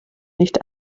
nicht